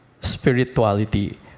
spirituality